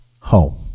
home